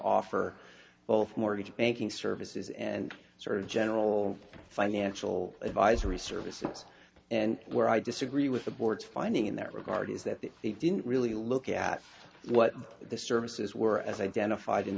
offer both mortgage banking services and sort of general financial advisory services and where i disagree with the board's finding in that regard is that they didn't really look at what the services were as identified